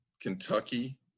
Kentucky